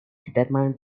determined